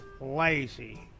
lazy